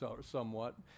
somewhat